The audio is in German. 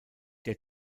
der